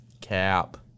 Cap